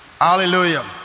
Hallelujah